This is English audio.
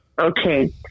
Okay